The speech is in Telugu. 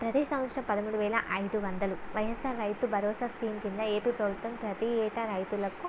ప్రతి సంవత్సరం పదమూడు వేల ఐదు వందలు వైయస్సార్ రైతు భరోసా స్కీం కింద ఏపీ ప్రభుత్వం ప్రతి ఏటా రైతులకు